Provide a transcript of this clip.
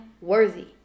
worthy